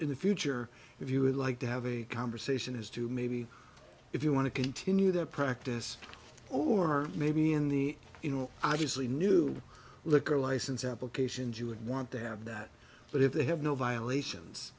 in the future if you would like to have a conversation as to maybe if you want to continue that practice or maybe in the you know i just knew liquor license applications you would want to have that but if they have no violations